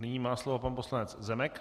Nyní má slovo pan poslanec Zemek.